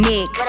Nick